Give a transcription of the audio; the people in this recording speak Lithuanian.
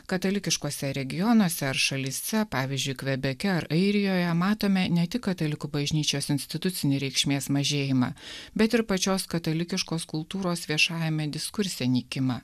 katalikiškuose regionuose ar šalyse pavyzdžiui kvebeke ar airijoje matome ne tik katalikų bažnyčios institucinį reikšmės mažėjimą bet ir pačios katalikiškos kultūros viešajame diskurse nykimą